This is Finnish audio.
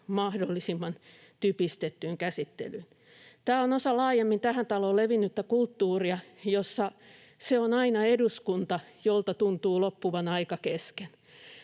mahdollisimman typistettyyn käsittelyyn. Tämä on osa laajemmin tähän taloon levinnyttä kulttuuria, jossa se on aina eduskunta, jolta tuntuu loppuvan aika kesken.